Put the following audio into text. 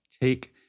take